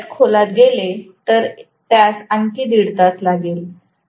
मी त्यात खोलात गेले तर त्यात आणखी दीड तास लागेल